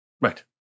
Right